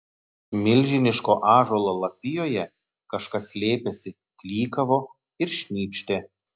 milžiniško ąžuolo lapijoje kažkas slėpėsi klykavo ir šnypštė